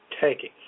taking